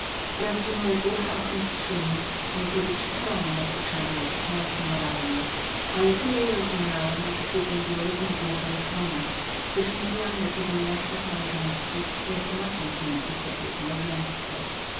wprawdzie moja głucha ochmistrzyni niekiedy krzyczała mi nad uszami jakieś nauki moralne ale tyle je rozumiałam jak gdybym była równie głuchą jak ona gdyż mówiła mi o powinnościach małżeńskich nie tłumacząc nigdy co to jest małżeństwo